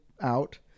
out